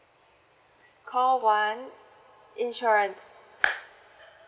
call one insurance